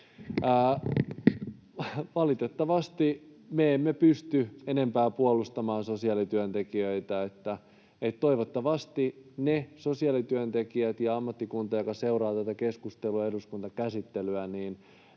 Valitettavasti me emme pysty enempää puolustamaan sosiaalityöntekijöitä. Toivottavasti ne sosiaalityöntekijät ja ammattikunta, joka seuraa tätä keskustelua ja eduskuntakäsittelyä,